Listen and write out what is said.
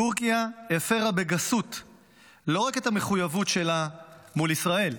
טורקיה הפרה בגסות לא רק את המחויבות שלה מול ישראל,